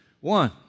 One